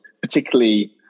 particularly